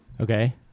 Okay